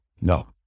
No